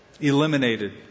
eliminated